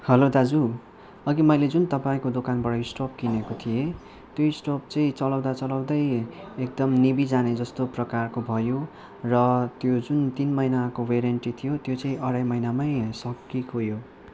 hello दाजु अघि मैले जुन तपाईँको दोकानबाट स्टोभ किनेको थिएँ त्यो स्टोभ चाहिँ चलाउँदा चलाउँदै एकदम निभिजाने जस्तो प्रकारको भयो र त्यो जुन तिन महिनाको वारेन्टी थियो यो त्यो चाहिँ अढाई महिनामै सकिगयो